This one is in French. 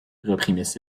reprit